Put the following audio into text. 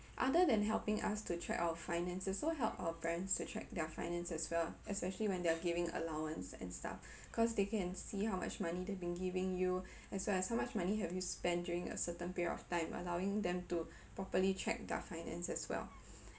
other than helping us to track our finances it also help our brands to track their finances as well especially when they're giving allowance and stuff cause they can see how much money they've been giving you as well as how much money have you spent during a certain period of time allowing them to properly track their finance as well